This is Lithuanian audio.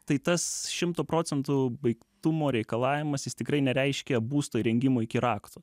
tai tas šimto procentų baigtumo reikalavimas jis tikrai nereiškia būsto įrengimo iki rakto